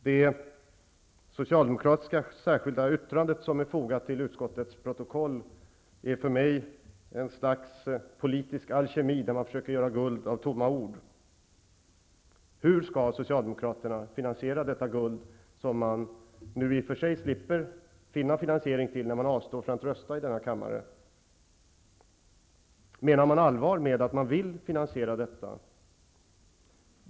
Det särskilda yttrandet från Socialdemokraterna som är fogat till utskottets protokoll är för mig en slags politisk alkemi där man försöker göra guld av tomma ord. Hur skall Socialdemokraterna finansiera detta guld? I och för sig slipper de nu att finna finansiering för detta, när de avstår från att rösta i denna kammare. Menar de allvar med att de vill finansiera detta?